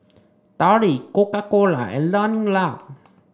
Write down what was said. Darlie Coca Cola and Learning Lab